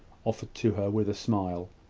offered to her with a smile.